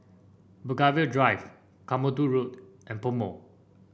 Belgravia Drive Katmandu Road and PoMo